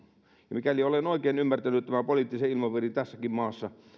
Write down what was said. ja mikäli olen oikein ymmärtänyt poliittisen ilmapiirin tässäkin maassa niin